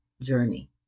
journey